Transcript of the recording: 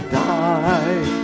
die